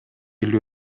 эле